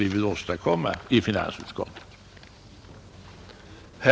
Men herr Ekström vill vänta och se.